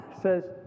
says